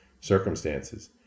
circumstances